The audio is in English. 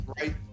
right